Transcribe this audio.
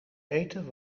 eten